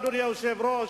אדוני היושב-ראש,